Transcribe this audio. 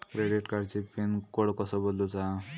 Credit कार्डची pin code कसो बदलुचा?